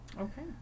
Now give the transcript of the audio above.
Okay